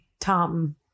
tom